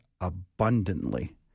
abundantly